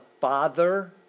Father